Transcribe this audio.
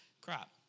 crop